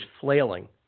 flailing